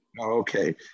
Okay